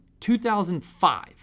2005